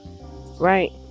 Right